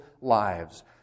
lives